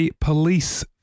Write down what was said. police